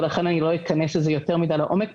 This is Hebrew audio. ולכן אני לא אכנס בזה יותר מדי לעומק.